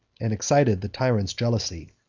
and excited the tyrant's jealousy,